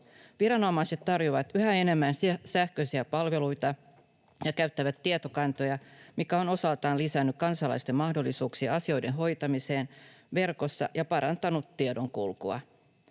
Viranomaiset tarjoavat yhä enemmän sähköisiä palveluita ja käyttävät tietokantoja, mikä on osaltaan lisännyt kansalaisten mahdollisuuksia asioiden hoitamiseen verkossa ja parantanut tiedonkulkua.